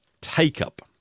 take-up